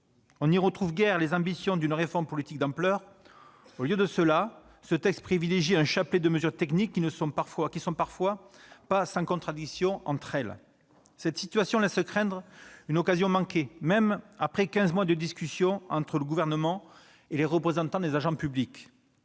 On n'y retrouve guère les ambitions d'une réforme politique d'ampleur. Au lieu de cela, ce texte privilégie un chapelet de mesures techniques qui ne sont parfois pas sans contradiction entre elles. Cette situation laisse craindre une occasion manquée, même après quinze mois de discussions entre le Gouvernement et les représentants des agents publics.